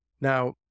Now